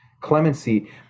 clemency